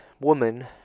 woman